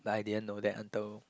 like I didn't know that until